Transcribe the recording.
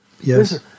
yes